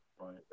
right